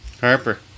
Harper